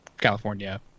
California